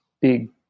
big